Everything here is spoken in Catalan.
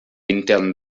intern